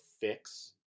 fix